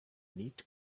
neat